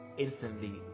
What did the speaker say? instantly